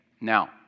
Now